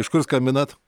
iš kur skambinat